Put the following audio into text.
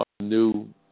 new